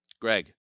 Greg